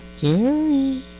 Gary